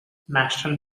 national